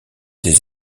des